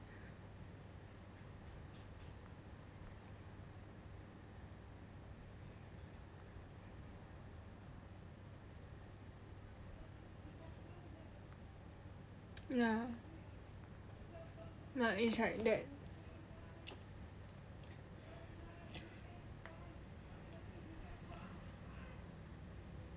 yeah it's like that